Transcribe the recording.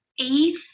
eighth